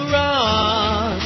run